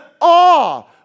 awe